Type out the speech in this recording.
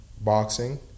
boxing